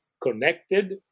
connected